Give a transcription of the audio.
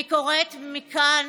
אני קוראת מכאן